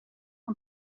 een